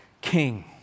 king